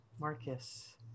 Marcus